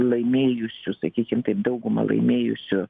laimėjusių sakykim taip dauguma laimėjusių